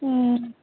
ਹਮ